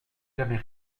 jamais